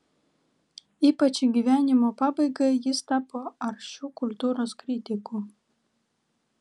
ypač į gyvenimo pabaigą jis tapo aršiu kultūros kritiku